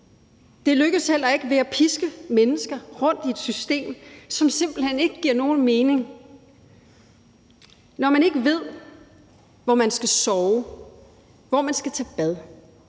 Det lykkes heller ikke ved at piske mennesker rundt i et system, som simpelt hen ikke giver nogen mening. Når man ikke ved, hvor man skal sove, hvor man skal tage bad,